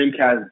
Dreamcast